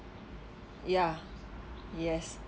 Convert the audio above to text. ya yes